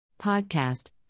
Podcast